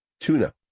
Tuna